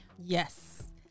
Yes